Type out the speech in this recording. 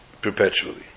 perpetually